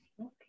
Okay